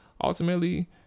ultimately